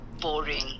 boring